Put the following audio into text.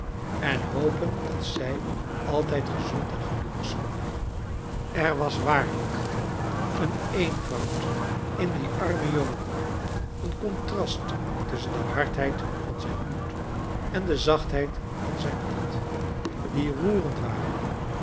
en hopen dat zij aitijd gezoncl en gelukkig zullen blijven er was waarlrjk een eenvoud in dien armen jongen een contrast tusschen de hardheid van zijn hoed en de zachtheid van zijn hart die roerend waren